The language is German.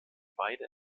beide